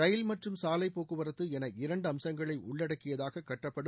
ரயில் மற்றும் சாலை போக்குவரத்து என இரண்டு அம்சங்களை உள்ளடக்கியதாக கட்டப்படும்